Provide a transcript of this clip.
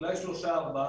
אולי שלושה או ארבעה.